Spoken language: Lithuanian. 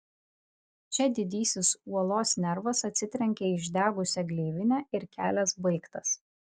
čia didysis uolos nervas atsitrenkia į išdegusią gleivinę ir kelias baigtas